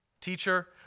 Teacher